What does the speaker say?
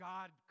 God